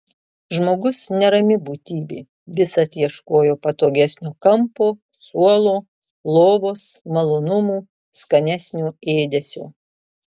žmogus nerami būtybė visad ieškojo patogesnio kampo suolo lovos malonumų skanesnio ėdesio